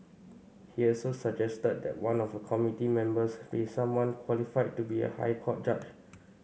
he also suggested that one of the committee members be someone qualified to be a High Court judge